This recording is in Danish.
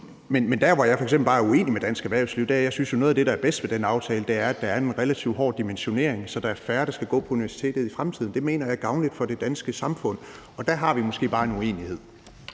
Men der, hvor jeg f.eks. bare er uenig med dansk erhvervsliv, er, at jeg jo synes, at noget af det bedste ved den aftale er, at der er en relativt hård dimensionering, så der er færre, der skal gå på universitetet i fremtiden. Det mener jeg er gavnligt for det danske samfund, og der har vi måske bare en uenighed.